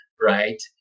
right